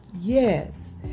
Yes